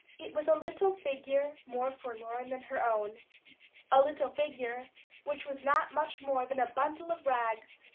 it was a little figure more forlorn than her own a little figure which was not much more than a bundle of rags,